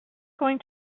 going